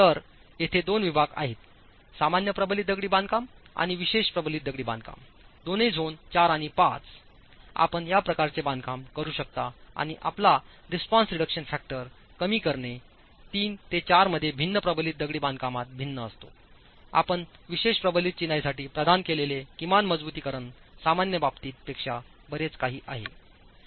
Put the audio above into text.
तर येथे दोन विभाग आहेतसामान्य प्रबलित दगडी बांधकाम आणि विशेष प्रबलित दगडी बांधकाम दोनही झोन IV आणि V आपण या प्रकारचे बांधकाम करू शकता आणि आपला रिस्पॉन्स रिडक्शन फॅक्टरकमी करणे III ते IV मध्ये भिन्न प्रबलित दगडी बांधकामात भिन्न असतो आपण विशेष प्रबलित चिनाईसाठी प्रदान केलेले किमान मजबुतीकरण सामान्य बाबतीत पेक्षा बरेच काही आहे